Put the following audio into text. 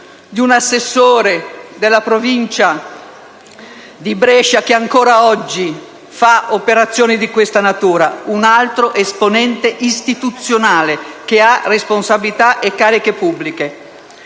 un assessore della provincia di Brescia, che ancora oggi fa operazioni di questa natura. Un altro esponente istituzionale che ha responsabilità e cariche pubbliche.